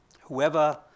Whoever